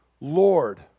Lord